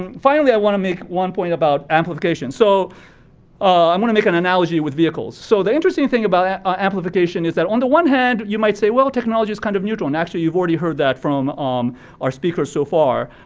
finally, i wanna make one point about amplification, so ah i wanna make an analogy with vehicles. so the interesting thing about ah amplification is that on the one hand, you might say, well, technology's kind of mutual, and actually you've already heard that from um our speakers so far.